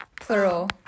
plural